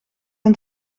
een